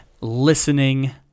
listening